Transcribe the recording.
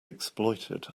exploited